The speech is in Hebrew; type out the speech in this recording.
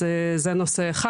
אז זה נושא אחד.